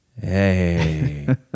hey